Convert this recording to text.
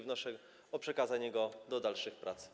Wnoszę o przekazanie go do dalszych prac.